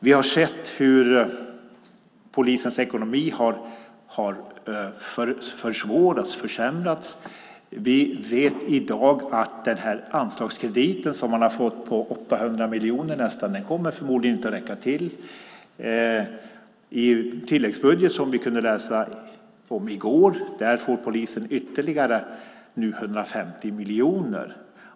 Vi har sett hur polisens ekonomi har försämrats. I dag vet vi att den anslagskredit som man fått och som är på nästan 800 miljoner förmodligen inte kommer att räcka till. I tilläggsbudgeten i går kunde vi läsa att polisen nu får ytterligare 150 miljoner.